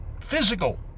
physical